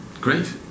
Great